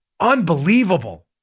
Unbelievable